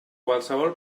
qualsevol